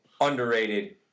underrated